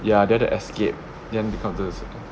ya they want to escape then they come to singapore